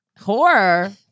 Horror